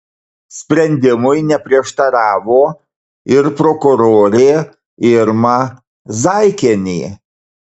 sprendimui neprieštaravo ir prokurorė irma zaikienė